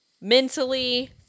mentally